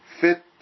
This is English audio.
fit